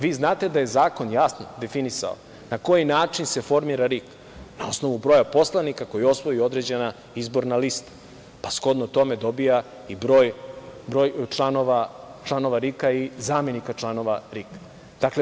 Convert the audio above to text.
Vi znate da je zakon jasno definisao na koji način se formira RIK, na osnovu broja poslanika koji osvoji određena izborna lista, pa shodno tome dobija i broj članova RIK-a i zamenika članova RIK-a.